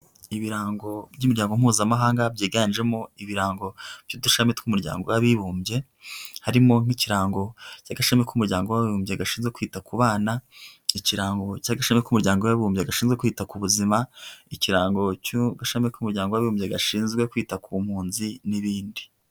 Ibirango by'imiryango mpuzamahanga byiganjemo ibirango by'Udushami tw'umuryango w'abibumbye. Harimo nk'ikirango cy'Agashami k'Umuryango w'Abibumbye gashinzwe kwita ku bana, ikirango cy'Agaciro k'Umuryango w'Abibumbye gashinzwe kwita ku buzima, ikirango cy'Agashami k'Umuryango w'Abibumbye gashinzwe kwita ku mpunzi n'ibindi.